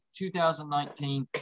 2019